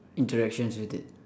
interactions with it